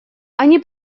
они